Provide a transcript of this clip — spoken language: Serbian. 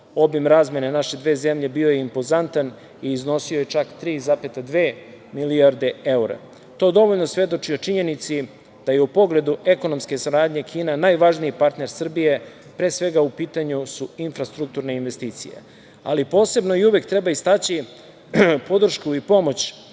obim razmene naše dve zemlje bio je impozantan i iznosio je čak 3,2 milijarde evra. To dovoljno svedoči o činjenici da je u pogledu ekonomske saradnje Kina najvažniji partner Srbije. Pre svega, u pitanju su infrastrukturne investicije. Posebno i uvek treba istaći podršku i pomoć